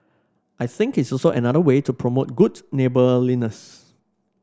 I think it's also another way to promote good neighbourliness